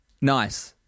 nice